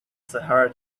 sahara